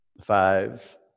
Five